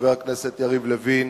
חבר הכנסת יריב לוין,